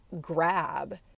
grab